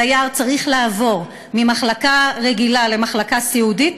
הדייר צריך לעבור ממחלקה רגילה למחלקה סיעודית,